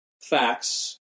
facts